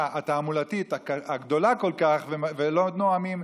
התעמולתית הגדולה כל כך ולא נואמים.